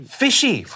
fishy